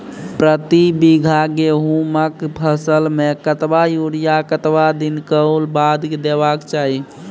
प्रति बीघा गेहूँमक फसल मे कतबा यूरिया कतवा दिनऽक बाद देवाक चाही?